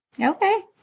okay